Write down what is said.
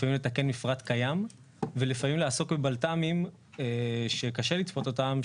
לפעמים לתקן מפרט קיים ולפעמים לעסוק בבלת"מים שקשה לצפות אותם,